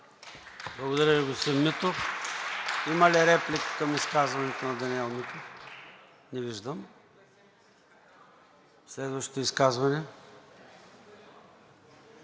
Благодаря Ви, господин Митов. Има ли реплики към изказването на Даниел Митов? Не виждам. Следващо изказване?